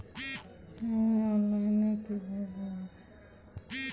আমি অনলাইনে কিভাবে টাকা পাঠাব?